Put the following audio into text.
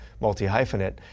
multi-hyphenate